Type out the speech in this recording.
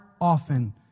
often